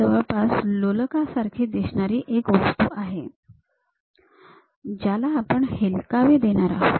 ही जवळपास लोलकासारखी दिसणारी एक वस्तू आहे ज्याला आपण हेलकावे देणार आहोत